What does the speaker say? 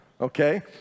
Okay